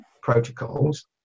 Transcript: protocols